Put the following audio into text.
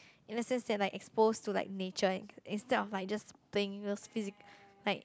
in the sense that like exposed to like nature instead of like just playing those physic like